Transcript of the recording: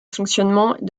fonctionnement